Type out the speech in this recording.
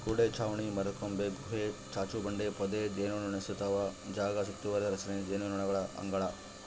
ಗೋಡೆ ಚಾವಣಿ ಮರದಕೊಂಬೆ ಗುಹೆ ಚಾಚುಬಂಡೆ ಪೊದೆ ಜೇನುನೊಣಸುತ್ತುವ ಜಾಗ ಸುತ್ತುವರಿದ ರಚನೆ ಜೇನುನೊಣಗಳ ಅಂಗಳ